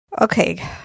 Okay